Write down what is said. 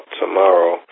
tomorrow